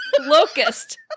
locust